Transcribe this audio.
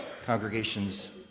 congregation's